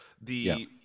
the-